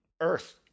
earth